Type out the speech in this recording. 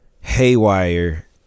Haywire